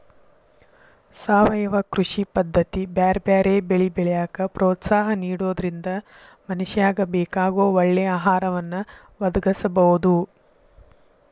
ಸಾವಯವ ಕೃಷಿ ಪದ್ದತಿ ಬ್ಯಾರ್ಬ್ಯಾರೇ ಬೆಳಿ ಬೆಳ್ಯಾಕ ಪ್ರೋತ್ಸಾಹ ನಿಡೋದ್ರಿಂದ ಮನಶ್ಯಾಗ ಬೇಕಾಗೋ ಒಳ್ಳೆ ಆಹಾರವನ್ನ ಒದಗಸಬೋದು